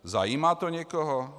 Zajímá to někoho?